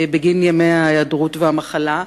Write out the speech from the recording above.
בגין ימי ההיעדרות והמחלה,